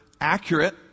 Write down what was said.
accurate